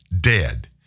dead